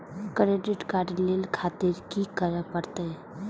Credit card ले खातिर की करें परतें?